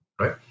Right